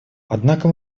однако